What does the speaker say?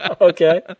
Okay